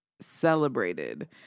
celebrated